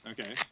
Okay